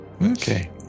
Okay